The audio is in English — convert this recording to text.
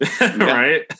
Right